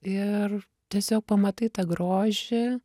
ir tiesiog pamatai tą grožį